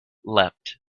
leapt